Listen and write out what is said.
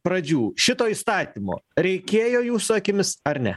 pradžių šito įstatymo reikėjo jūsų akimis ar ne